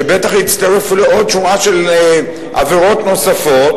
שבטח יצטרף לעוד שורה של עבירות נוספות,